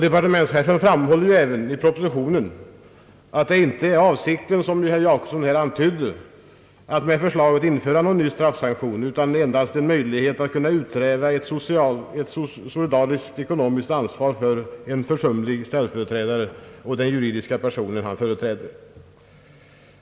Departementschefen framhåller även i propositionen att det inte är avsikten, som herr Jacobsson här antydde, att införa någon ny straffsanktion, utan endast en möjlighet att utkräva ett solidariskt ekonomiskt ansvar för en försumlig ställföreträdare och de juridiska personer han företräder.